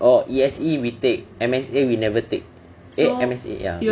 orh E_S_E we take M_S_A we never take eh M_S_A ya